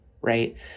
right